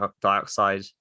dioxide